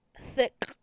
thick